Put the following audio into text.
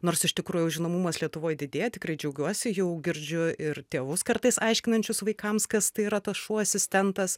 nors iš tikrųjų žinomumas lietuvoj didėja tikrai džiaugiuosi jau girdžiu ir tėvus kartais aiškinančius vaikams kas tai yra tas šuo asistentas